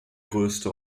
größte